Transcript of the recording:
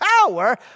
power